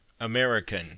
American